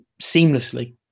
seamlessly